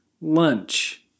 lunch